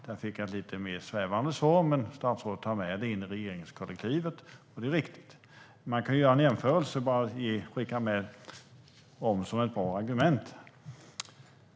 Där fick jag ett lite mer svävande svar. Men statsrådet tar med det in i regeringskollektivet, och det är viktigt. Man kan skicka med en jämförelse som ett bra argument.